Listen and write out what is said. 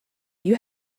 you